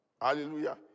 Hallelujah